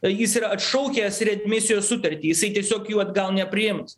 jis yra atšaukęs retmisijos sutartį jisai tiesiog jų atgal nepriims